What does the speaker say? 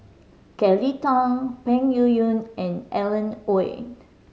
Kelly Tang Peng Yuyun and Alan Oei